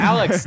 Alex